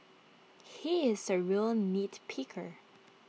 he is A real nitpicker